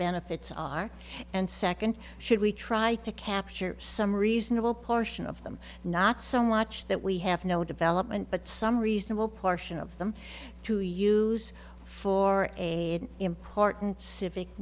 benefits are and second should we try to capture some reasonable portion of them not so much that we have no development but some reasonable portion of them to use for a important civic